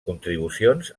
contribucions